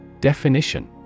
Definition